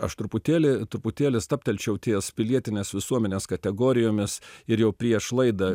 aš truputėlį truputėlį stabtelčiau ties pilietinės visuomenės kategorijomis ir jau prieš laidą